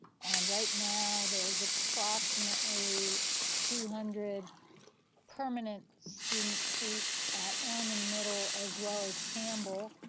and right now, there's approximately two hundred permanent student seats at ormond middle, as well as campbell.